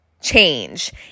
change